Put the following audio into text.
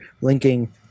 linking